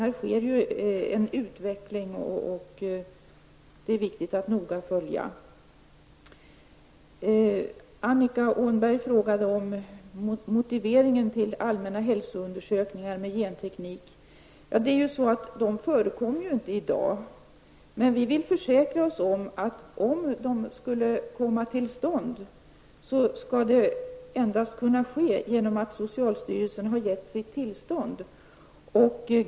Här sker nu en utveckling, och det är viktigt att noga följa den. Annika Åhnberg frågade om motiveringen till allmänna hälsoundersökningar med genteknik. Sådana förekommer inte i dag, men vi vill försäkra oss om att om det skulle komma till stånd skall det ske endast genom att socialstyrelsen har gett sitt tillstånd.